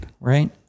Right